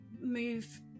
move